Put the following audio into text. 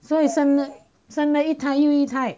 所以生了生了一台有一台